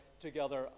together